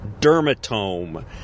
dermatome